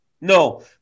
No